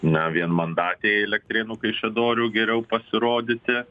na vienmandatėj elektrėnų kaišiadorių geriau pasirodyti